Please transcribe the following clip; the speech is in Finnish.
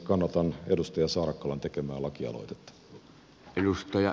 kannatan edustaja saarakkalan tekemää lakialoitetta